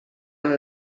amb